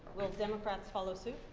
will democrats follow suit?